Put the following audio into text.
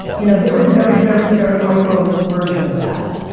in a very, very, very, very micro version of that,